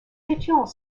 étions